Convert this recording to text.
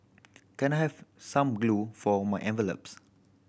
can I have some glue for my envelopes